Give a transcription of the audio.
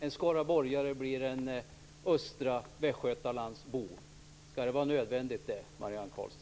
En skaraborgare blir en östra Västgötalandsbo. Skall det vara nödvändigt?